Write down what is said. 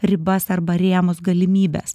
ribas arba rėmus galimybes